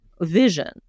vision